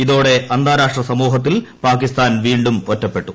ഇതോടെ അന്താരാഷ്ട്ര സമൂഹത്തിൽ പാകിസ്ഥാൻ വീണ്ടും ഒറ്റപ്പെട്ടു